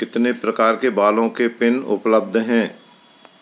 कितने प्रकार के बालों के पिन उपलब्ध हैं